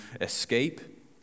escape